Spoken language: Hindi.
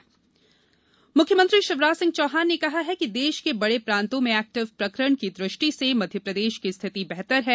कोरोना प्रदेश मुख्यमंत्री शिवराज सिंह चौहान ने कहा है कि देश के बड़े प्रांतों में एक्टिव प्रकरण की दृष्टि से मध्यप्रदेश की स्थिति बेहतर है